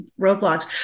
roadblocks